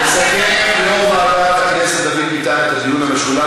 יסכם יו"ר ועדת הכנסת דוד ביטן את הדיון המשולב,